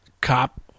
cop